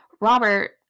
Robert